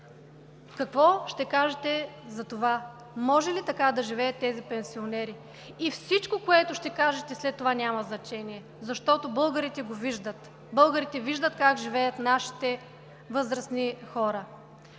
Какво ще кажете за това? Може ли така да живеят тези пенсионери и всичко, което ще кажете след това няма значение, защото българите го виждат, българите виждат как живеят нашите възрастни хора?